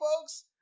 folks